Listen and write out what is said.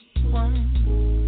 one